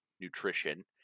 nutrition